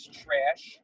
trash